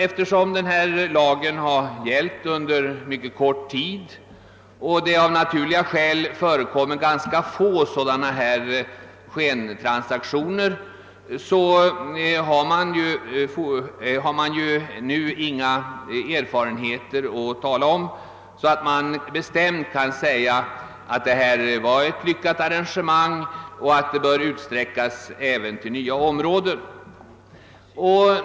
Eftersom denna lag har gällt under mycket kort tid och det av naturliga skäl förekommer ganska få sådana här skentransaktioner, föreligger nu inga sådana erfarenheter att man bestämt skall kunna säga att detta varit ett lyckat arrangemang och att det bör utsträckas även till nya områden.